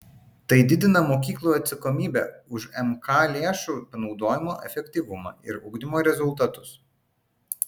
tai didina mokyklų atsakomybę už mk lėšų panaudojimo efektyvumą ir ugdymo rezultatus